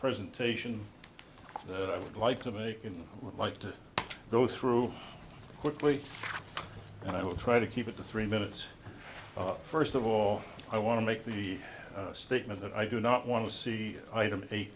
presentation that i would like to make you would like to go through quickly and i will try to keep it to three minutes of first of all i want to make the statement that i do not want to see the light